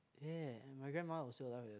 ya my grandma was still alive at that time